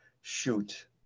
shoot